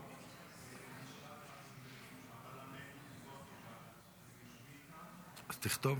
להלן תוצאות ההצבעה: 28 בעד,